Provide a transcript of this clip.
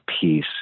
peace